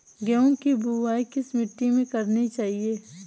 गेहूँ की बुवाई किस मिट्टी में करनी चाहिए?